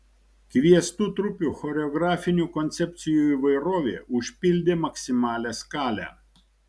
kviestų trupių choreografinių koncepcijų įvairovė užpildė maksimalią skalę